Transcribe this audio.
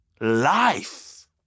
life